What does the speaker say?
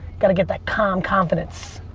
got to get that calm confidence.